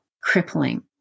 crippling